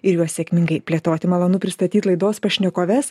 ir juos sėkmingai plėtoti malonu pristatyt laidos pašnekoves